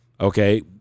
okay